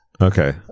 Okay